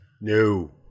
No